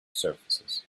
surfaces